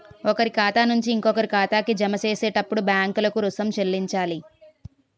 ఒకరి ఖాతా నుంచి ఇంకొకరి ఖాతాకి జమ చేసేటప్పుడు బ్యాంకులకు రుసుం చెల్లించాలి